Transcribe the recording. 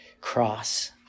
cross